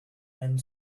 and